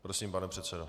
Prosím, pane předsedo.